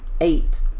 eight